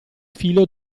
filo